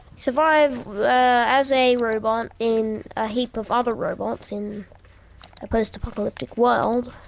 survive as a robot in a heap of other robots in a post-apocalyptic world.